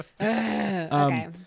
Okay